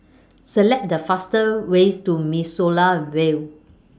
Select The faster ways to Mimosa Vale